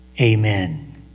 amen